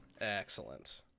Excellent